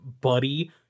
Buddy